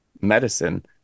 medicine